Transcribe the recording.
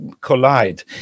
collide